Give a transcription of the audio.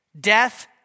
death